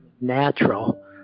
natural